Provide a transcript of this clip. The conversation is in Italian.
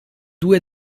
due